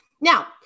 Now